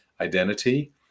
identity